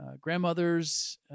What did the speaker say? grandmothers